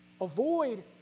Avoid